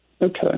Okay